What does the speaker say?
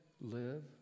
live